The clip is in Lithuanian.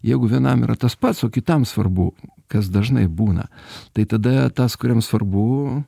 jeigu vienam yra tas pats o kitam svarbu kas dažnai būna tai tada tas kuriam svarbu